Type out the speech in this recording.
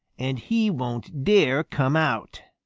and he won't dare come out.